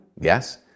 Yes